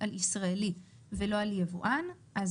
ישראלי ולא על יבואן?